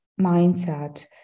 mindset